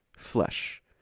Flesh